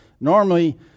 normally